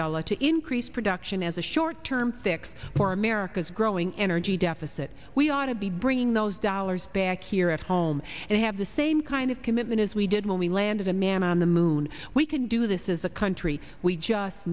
abdullah to increase production as a short term fix for america's growing energy deficit we ought to be bringing those dollars back here at home and have the same kind of commitment as we did when we landed a man on the moon we can do this is a country we just